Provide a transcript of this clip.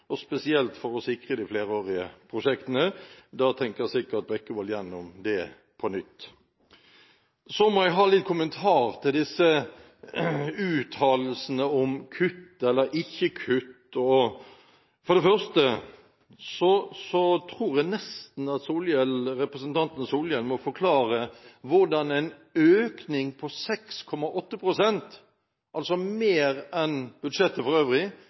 og spesielt for å sikre de flerårige prosjektene. Da tenker sikkert Bekkevold gjennom det på nytt. Så må jeg ha en kommentar til disse uttalelsene om kutt eller ikke kutt. For det første tror jeg at representanten Solhjell nesten må forklare hvordan en økning på 6,8 pst., altså mer enn budsjettet for øvrig,